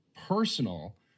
personal